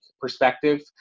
perspective